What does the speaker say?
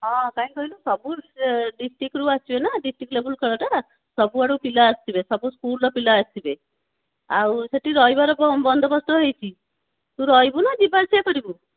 ହଁ କାଇଁ କହିଲୁ ସବୁ ଡିଷ୍ଟ୍ରିକ୍ରୁ ଆସିବେ ନାଁ ଡିଷ୍ଟ୍ରିକ୍ ଲେବୁଲ୍ ଖେଳଟା ସବୁଆଡୁ ପିଲା ଆସିବେ ସବୁ ସ୍କୁଲ୍ର ପିଲା ଆସିବେ ଆଉ ସେଇଠି ରହିବାର କ'ଣ ବନ୍ଦୋବସ୍ତ ହୋଇଛି ତୁ ରହିବୁ ନାଁ ଯିବା ଆସିବା କରିବୁ